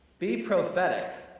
be prophetic.